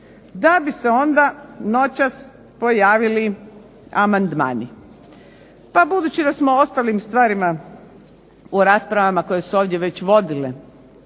da bi se onda noćas pojavili amandmani. Pa budući da smo o ostalim stvarima, u raspravama koje su ovdje već vodile